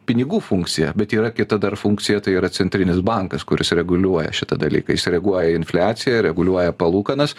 pinigų funkcija bet yra kita dar funkcija tai yra centrinis bankas kuris reguliuoja šitą dalyką jis reaguoja į infliaciją ir reguliuoja palūkanas